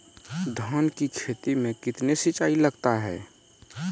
धान की खेती मे कितने सिंचाई लगता है?